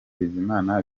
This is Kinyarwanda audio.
bizima